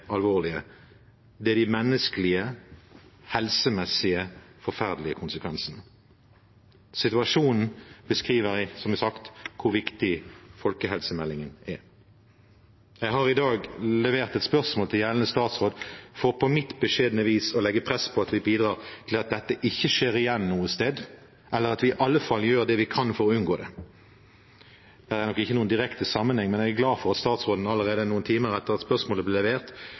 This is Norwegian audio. alvorlige. Det er de menneskelige, helsemessige, forferdelige konsekvensene. Situasjonen viser som sagt hvor viktig folkehelsemeldingen er. Jeg har i dag levert et spørsmål til gjeldende statsråd for på mitt beskjedne vis å legge press på at vi bidrar til at dette ikke skjer igjen noe sted, eller at vi i alle fall gjør det vi kan for å unngå det. Det er nok ikke noen direkte sammenheng, men jeg er glad for at statsråden allerede timer etter at spørsmålet ble levert,